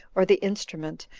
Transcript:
or the instrument,